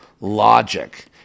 logic